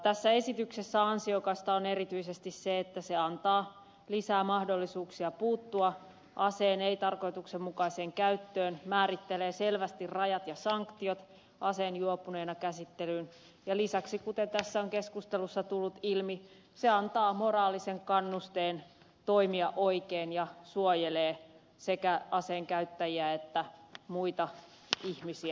tässä esityksessä ansiokasta on erityisesti se että se antaa lisämahdollisuuksia puuttua aseen ei tarkoituksenmukaiseen käyttöön määrittelee selvästi rajat ja sanktiot aseen juopuneena käsittelyyn ja lisäksi kuten tässä on keskustelussa tullut ilmi se antaa moraalisen kannusteen toimia oikein ja suojelee sekä aseen käyttäjiä että muita ihmisiä